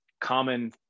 common